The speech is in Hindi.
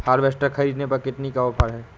हार्वेस्टर ख़रीदने पर कितनी का ऑफर है?